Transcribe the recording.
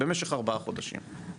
במשך ארבעה חודשים,